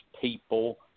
people